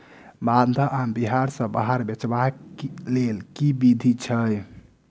माल्दह आम बिहार सऽ बाहर बेचबाक केँ लेल केँ विधि छैय?